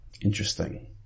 interesting